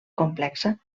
complexa